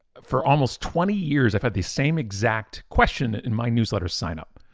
for almost twenty years i've had the same exact question in my newsletter signup